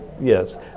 Yes